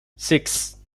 six